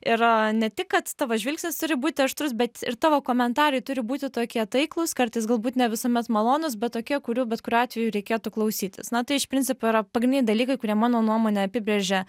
ir ne tik kad tavo žvilgsnis turi būti aštrus bet ir tavo komentarai turi būti tokie taiklūs kartais galbūt ne visuomet malonūs bet tokie kurių bet kuriuo atveju reikėtų klausytis na tai iš principo yra pagrindiniai dalykai kurie mano nuomone apibrėžia